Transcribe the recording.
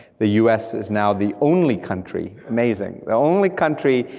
the us is now the only country, amazing, the only country,